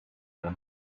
them